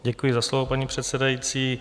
Děkuji za slovo, paní předsedající.